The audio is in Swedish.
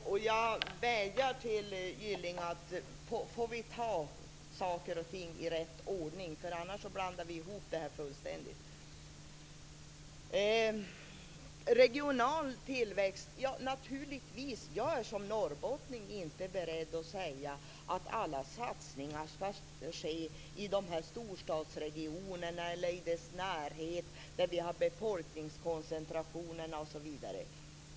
Jag vädjar till Gylling: Får vi ta saker och ting i rätt ordning, för annars blandar vi ihop det här fullständigt! Så till regional tillväxt. Naturligtvis är jag som norrbottning inte beredd att säga att alla satsningar skall ske i storstadsregionerna eller i dess närhet där vi har befolkningskoncentrationerna.